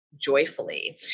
joyfully